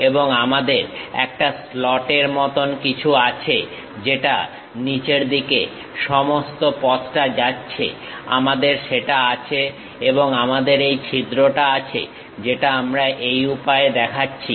এবং আমাদের একটা স্লট এর মতন কিছু একটা আছে যেটা নিচের দিকে সমস্ত পথটা যাচ্ছে আমাদের সেটা আছে এবং আমাদের এই ছিদ্রটা আছে যেটা আমরা এই উপায়ে দেখাচ্ছি